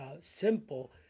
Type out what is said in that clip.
simple